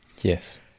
yes